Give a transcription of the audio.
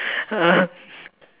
uh